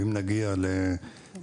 אם נגיע להחלטות,